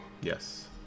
Yes